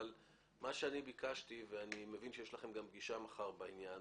אבל מה שביקשתי ואני מבין שיש לכם פגישה מחר בעניין